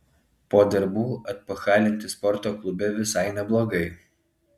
po darbų atpachalinti sporto klube visai neblogai